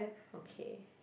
okay